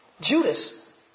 Judas